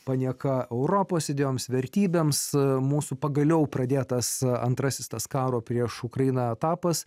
panieka europos idėjoms vertybėms mūsų pagaliau pradėtas antrasis tas karo prieš ukrainą etapas